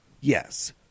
yes